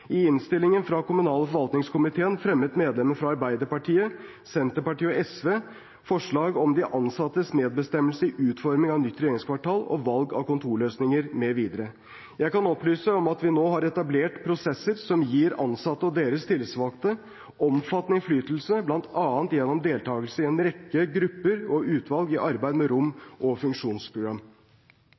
I innstillingen fra kommunal- og forvaltningskomiteen fremmet medlemmene fra Arbeiderpartiet, Senterpartiet og SV forslag om de ansattes medbestemmelse i utformingen av nytt regjeringskvartal, valg av kontorløsninger mv. Jeg kan opplyse om at vi nå har etablert prosesser som gir ansatte og deres tillitsvalgte omfattende innflytelse bl.a. gjennom deltakelse i en rekke grupper og utvalg i arbeidet med rom- og funksjonsprogram.